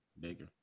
bigger